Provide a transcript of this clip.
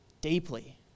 Deeply